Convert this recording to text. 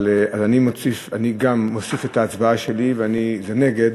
אז אני מוסיף את ההצבעה שלי, וזה נגד.